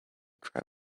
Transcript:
driver